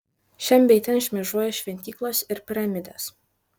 šen bei ten šmėžuoja šventyklos ir piramidės